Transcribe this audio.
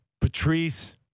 Patrice